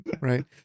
Right